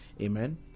Amen